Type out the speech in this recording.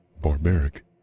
barbaric